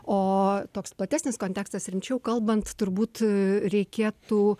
o toks platesnis kontekstas rimčiau kalbant turbūt reikėtų